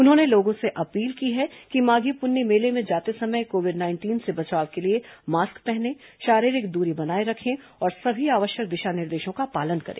उन्होंने लोगों से अपील की है कि माधी पुन्नी मेले में जाते समय कोविड नाइंटीन से बचाव के लिए मास्क पहनें शारीरिक दूरी बनाए रखें और सभी आवश्यक दिशा निर्देशों का पालन करें